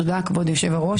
תודה, כבוד היושב-ראש.